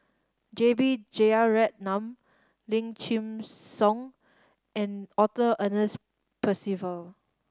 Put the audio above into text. J B Jeyaretnam Lim Chin Siong and Arthur Ernest Percival